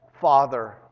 father